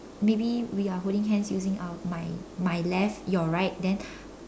maybe we are holding hands using our my my left your right then